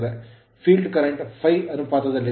Field current field current ∅ ಅನುಪಾತದಲ್ಲಿದೆ